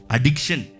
Addiction